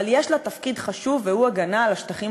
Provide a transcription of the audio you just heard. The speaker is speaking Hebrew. אבל יש לה תפקיד חשוב והוא הגנה על השטחים